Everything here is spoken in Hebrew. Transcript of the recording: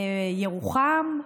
לירוחם,